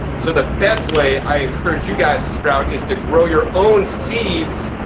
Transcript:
so the best way i encourage you guys to sprout is to grow your own seeds,